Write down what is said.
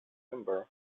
december